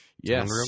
Yes